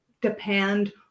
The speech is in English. depend